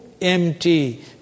empty